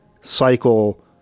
cycle